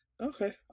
okay